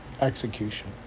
execution